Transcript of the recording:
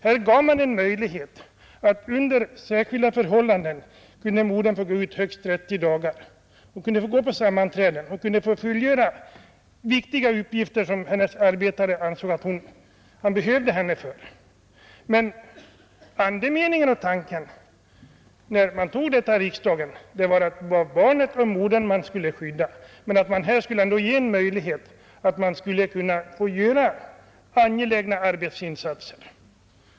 Sedan gav man en möjlighet för modern att under särskilda förhållanden arbeta 30 dagar. Hon kunde få gå på sammanträden och fullgöra viktiga uppgifter, som hennes arbetsgivare ansåg att han behövde henne för. Men den tanke man hade när man fattade beslutet var att man skulle skydda barnet och modern men ändå öppna en möjlighet för modern att fullgöra angelägna arbetsinsatser.